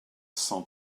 cent